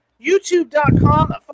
YouTube.com